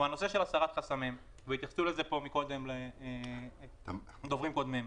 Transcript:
הוא הסרת חסמים, והתייחסו לזה קודם דוברים קודמים.